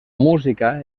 música